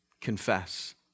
confess